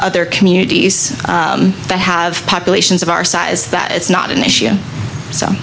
other communities that have populations of our size that it's not an issue so